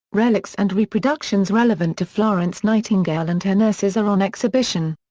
relics and reproductions relevant to florence nightingale and her nurses are on exhibition.